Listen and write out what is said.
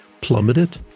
plummeted